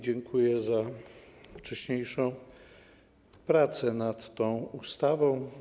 Dziękuję za wcześniejszą pracę nad tą ustawą.